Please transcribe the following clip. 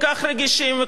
אדוני היושב-ראש,